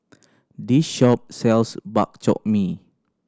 this shop sells Bak Chor Mee